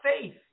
faith